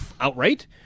outright